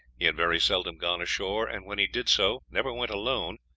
he had very seldom gone ashore, and when he did so, never went alone,